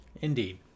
indeed